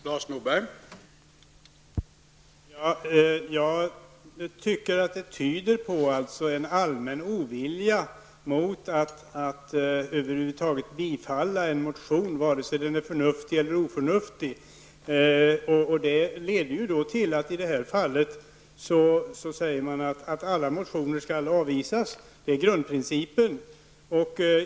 Herr talman! Jag tycker att detta tyder på en allmän ovilja att över huvud taget tillstyrka en motion, vare sig den är förnuftig eller oförnuftig. Det leder till att man säger att alla motioner skall avvisas. Det är grundprincipen.